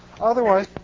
otherwise